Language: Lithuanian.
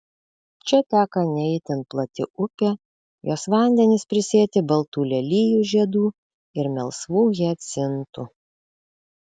čia teka ne itin plati upė jos vandenys prisėti baltų lelijų žiedų ir melsvų hiacintų